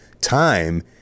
Time